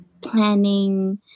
planning